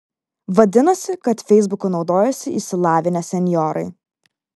vadinasi kad feisbuku naudojasi išsilavinę senjorai